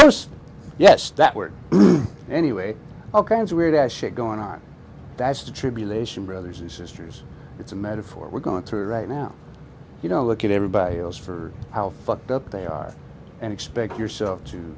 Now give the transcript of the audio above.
posts yes that worked anyway ok as weird as shit going on that's the tribulation brothers and sisters it's a metaphor we're going through right now you know look at everybody else for how fucked up they are and expect yourself to